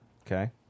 Okay